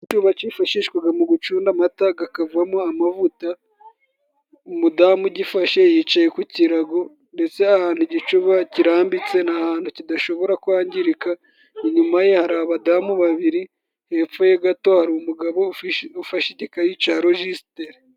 Igicuba kifashishwaga mu gucunda amata gakavamo amavuta. Umudamu ugifashe yicaye ku kirago ndetse ahantu igicuba kirambitse ni ahantu kidashobora kwangirika, inyuma ye hari abadamu babiri, hepfo ye gato hari umugabo ufashe igikayi ca rojistre.